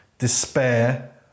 Despair